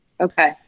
Okay